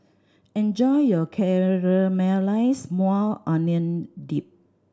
enjoy your Caramelized Maui Onion Dip